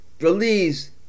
release